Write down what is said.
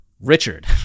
Richard